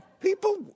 People